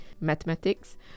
mathematics